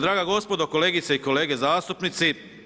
Draga gospodo, kolegice i kolege zastupnici.